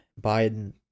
Biden